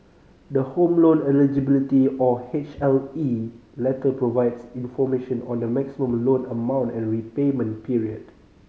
the Home Loan Eligibility or H L E letter provides information on the maximum loan amount and repayment period